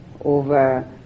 over